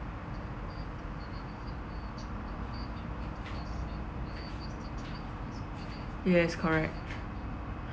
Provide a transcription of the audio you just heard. yes correct